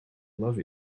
love